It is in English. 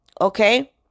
okay